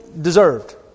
deserved